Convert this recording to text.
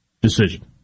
decision